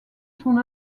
son